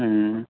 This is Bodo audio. ओम